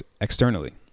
externally